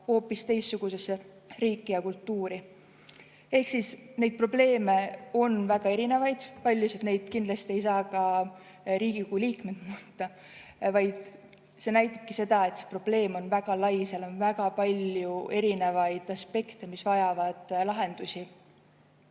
hoopis teistsugusesse riiki ja kultuuri. Ehk siis probleeme on väga erinevaid. Paljusid neist kindlasti ei saa ka Riigikogu liikmed muuta, kuid see näitabki seda, et see probleem on väga lai, seal on väga palju erinevaid aspekte, mis vajavad lahendusi.